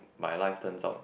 my life turns out